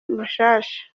mushasha